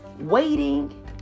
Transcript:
waiting